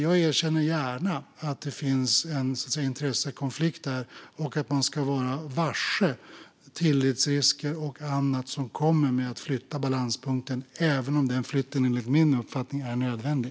Jag erkänner gärna att det finns en intressekonflikt och att man ska vara varse att tilläggsrisker och annat kommer att flytta balanspunkten - även om den flytten enligt min uppfattning är nödvändig.